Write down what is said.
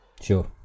Sure